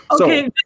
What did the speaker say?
Okay